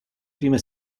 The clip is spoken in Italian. prime